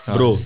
Bro